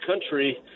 country